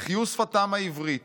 החיו שפתם העברית,